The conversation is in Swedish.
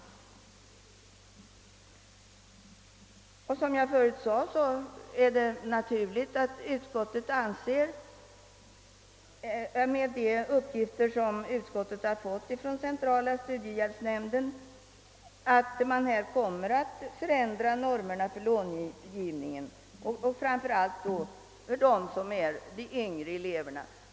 Som jag förut sade är det naturligt att utskottet med de uppgifter som utskottet har fått från centrala studiehjälpsnämnden anser att normerna för långivningen bör förändras framför allt för de yngre eleverna.